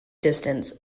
distance